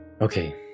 Okay